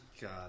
God